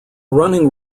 running